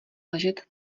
ležet